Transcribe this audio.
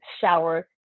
shower